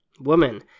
Woman